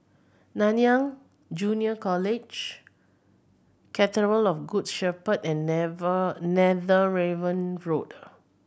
Nanyang Junior College Cathedral of Good Shepherd and Never Netheravon Road